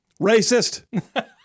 Racist